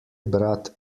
brat